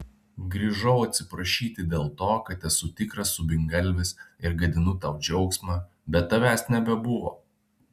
grįžau atsiprašyti dėl to kad esu tikras subingalvis ir gadinu tau džiaugsmą bet tavęs nebebuvo